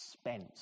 spent